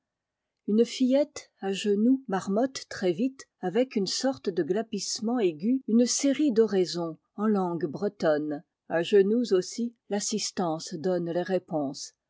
une fillette à genoux marmotte très vite avec une sorte de glapissement aigu une série d'oraisons en langue bretonne a genoux aussi l'assistance donne les répons